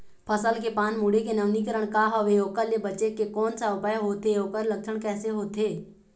फसल के पान मुड़े के नवीनीकरण का हवे ओकर ले बचे के कोन सा उपाय होथे ओकर लक्षण कैसे होथे?